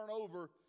over